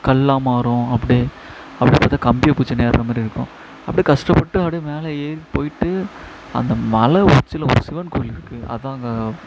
கல்லாக மாறும் அப்டியே அப்டியே பார்த்தா கம்பியை பிடிச்சிக்கின்னு ஏறுகிற மாரி இருக்கும் அப்டியே கஷ்டப்பட்டு அப்டியே மேலே ஏறி போய்ட்டு அந்த மலை உச்சியில் ஒரு சிவன் கோயில் இருக்கும் அதான் அங்கே